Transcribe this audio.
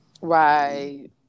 Right